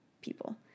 people